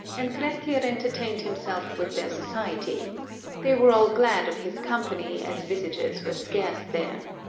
and grettir entertained himself with their society they were all glad of his company, as visitors were scarce there.